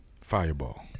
Fireball